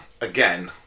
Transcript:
again